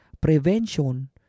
Prevention